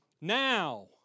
Now